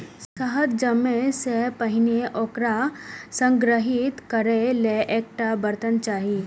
शहद जमै सं पहिने ओकरा संग्रहीत करै लेल एकटा बर्तन चाही